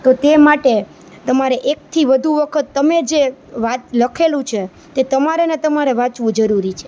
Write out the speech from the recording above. તો તે માટે તમારે એકથી વધુ વખત તમે જે લખેલું છે તે તમારે ને તમારે વાંચવું જરૂરી છે